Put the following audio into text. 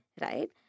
Right